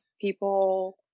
people